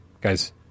guys